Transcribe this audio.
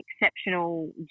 exceptional